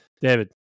David